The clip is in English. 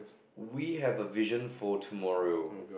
we have a vision for tomorrow